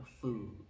food